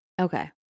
Okay